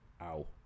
Ow